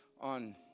on